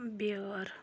بیٲر